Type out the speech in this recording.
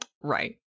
Right